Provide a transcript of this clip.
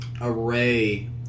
array